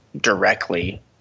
directly